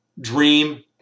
dream